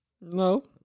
No